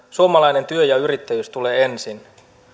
suomalainen työ ja yrittäjyys tulevat ensin